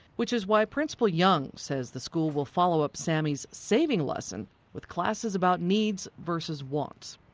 which is why principal young says the school will follow up sammy's saving lesson with classes about needs versus wants.